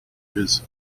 his